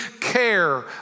care